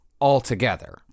altogether